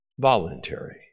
Voluntary